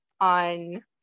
on